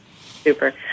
Super